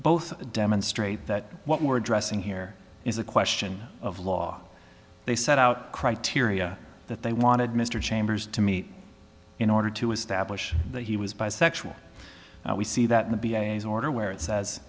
both demonstrate that what we're dressing here is a question of law they set out criteria that they wanted mr chambers to meet in order to establish that he was bisexual we see that in the order where it says